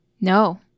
No